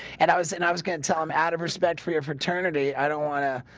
and i was and i was going to tell them out of respect for your fraternity. i don't wanna.